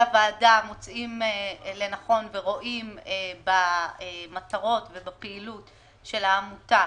הוועדה מוצאים לנכון ורואים במטרות ובפעילות של העמותה